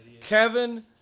Kevin